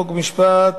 חוק ומשפט,